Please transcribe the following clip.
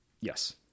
Yes